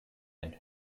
ein